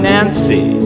Nancy